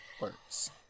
works